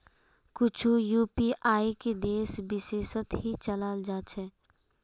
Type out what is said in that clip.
कुछु यूपीआईक देश विशेषत ही चलाल जा छे